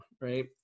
right